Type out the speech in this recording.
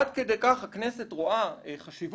עד כדי כך הכנסת רואה חשיבות